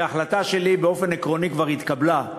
כי ההחלטה שלי באופן עקרוני כבר התקבלה.